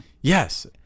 Yes